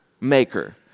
maker